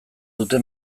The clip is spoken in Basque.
dute